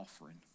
offering